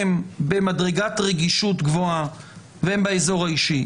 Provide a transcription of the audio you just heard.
הם במדרגת רגישות גבוהה והם באזור האישי,